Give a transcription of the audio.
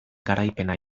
garaipena